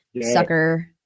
sucker